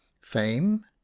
Fame